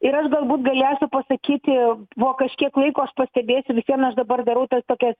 ir aš galbūt galėsiu pasakyti po kažkiek laiko aš pastebėsiu vis vien aš dabar darau tas tokias